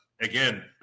again